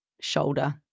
shoulder